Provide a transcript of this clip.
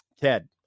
Ted